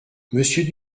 monsieur